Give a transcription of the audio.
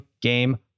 game